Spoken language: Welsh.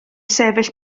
sefyll